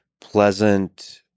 pleasant